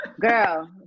girl